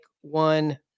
one